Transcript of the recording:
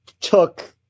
took